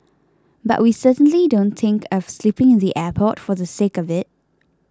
but we certainly don't think of sleeping in the airport for the sake of it